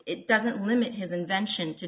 it doesn't limit his invention to